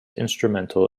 instrumental